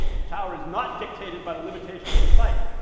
the tower is not dictated by the limitations of the site.